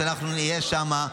אנחנו נהיה שם,